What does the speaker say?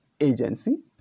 agency